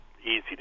easy